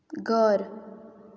घर